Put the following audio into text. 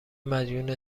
مدیون